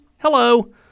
Hello